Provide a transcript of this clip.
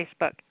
Facebook